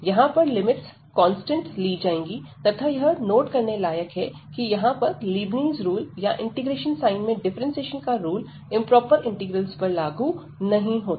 यहां पर limits constant ली जाएंगी तथा यह नोट करने लायक है कि यहां पर लेबनीज़ रूल या इंटीग्रेशन साइन में डिफ्रेंसिएशन का रूल इंप्रोपर इंटीग्रल्स पर लागू नहीं होता